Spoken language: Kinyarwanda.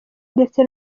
ndetse